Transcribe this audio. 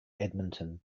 edmonton